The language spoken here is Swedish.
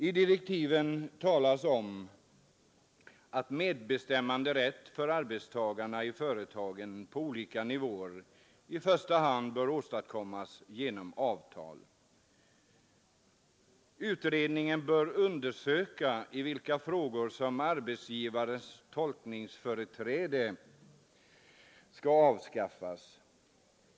I direktiven talas om att medbestämmanderätt för arbetstagarna på olika nivåer i företagen i första hand bör åstadkommas genom avtal. Utredningen bör undersöka i vilka frågor arbetsgivarens tolkningsföreträde skall avskaffas.